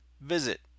Visit